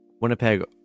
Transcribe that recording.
Winnipeg